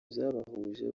byabahuje